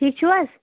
ٹھیٖک چھِوٕ حَظ